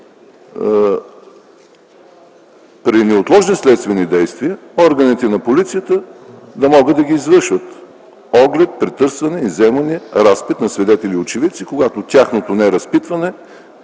при неотложни следствени действия органите на полицията да могат да ги извършват – оглед, претърсване, изземвания, разпит на свидетели и очевидци, когато тяхното неразпитване